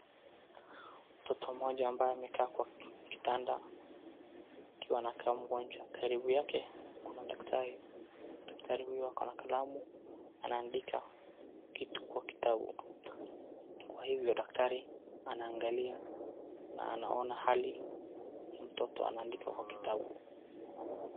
Mtoto mmoja ambaye amekaa kwa kitanda akiwa anakaa mgonjwa. Karibu yake kuna daktari, daktari huyo ako na kalamu, anaandika kitu kwa kitabu. Kwa hivyo daktari anaangalia na anaona hali ya mtoto anaandika kwa kitabu.